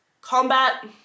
Combat